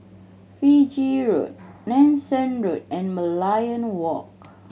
Fiji Road Nanson Road and Merlion Walk